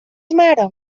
mare